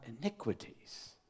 iniquities